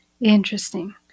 Interesting